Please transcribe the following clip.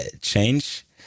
change